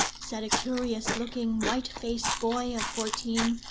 said a curious-looking, white-faced boy of fourteen,